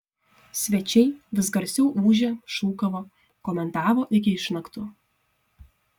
svečiai vis garsiau ūžė šūkavo komentavo iki išnaktų